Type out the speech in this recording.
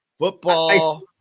Football